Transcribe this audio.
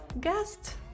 guest